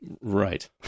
Right